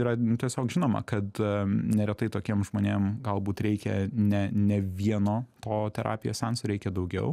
yra tiesiog žinoma kad neretai tokiem žmonėm galbūt reikia ne ne vieno to terapijos seanso reikia daugiau